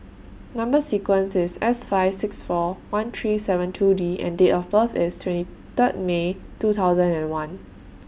Number sequence IS S five six four one three seven two D and Date of birth IS twenty thrid May two thousand and one